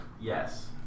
Yes